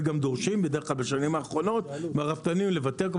גם בדרך כלל דורשים מהרפתנים לבטל גם